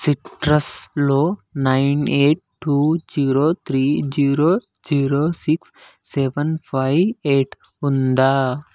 సిట్రస్లో nine eight two zero three zero zero six seven five eight ఉందా